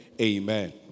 Amen